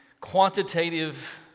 quantitative